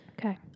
Okay